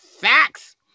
Facts